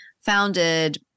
founded